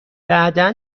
بعدا